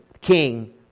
King